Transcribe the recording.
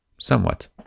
somewhat